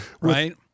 right